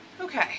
Okay